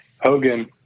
Hogan